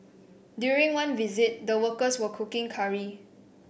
during one visit the workers were cooking curry